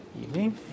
evening